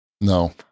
No